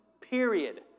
Period